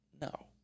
no